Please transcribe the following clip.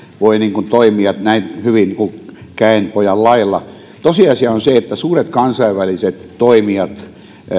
voi toimia näin hyvin kuin käenpojan lailla tosiasia on se että suuret kansainväliset toimijat